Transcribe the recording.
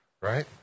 right